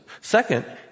Second